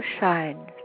shine